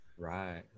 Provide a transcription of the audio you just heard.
Right